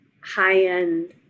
high-end